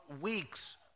weeks